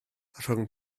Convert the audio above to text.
rhwng